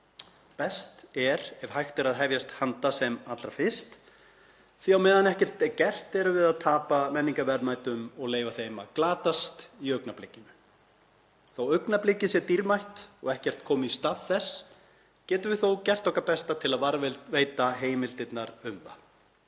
Best er ef hægt er að hefjast handa sem allra fyrst því að á meðan ekkert er gert erum við að tapa menningarverðmætum og leyfa þeim að glatast í augnablikinu. Þótt augnablikið sé dýrmætt og ekkert komi í stað þess getum við þó gert okkar besta til að varðveita heimildirnar um það.